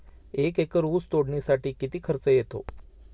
एक एकर ऊस तोडणीसाठी किती खर्च येतो?